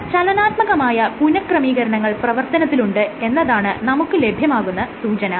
ചില ചലനാത്മകമായ പുനഃക്രമീകരണങ്ങൾ പ്രവർത്തനത്തിലുണ്ട് എന്നതാണ് നമുക്ക് ലഭ്യമാകുന്ന സൂചന